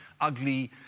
ugly